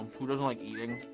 who doesn't like eating?